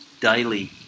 daily